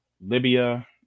libya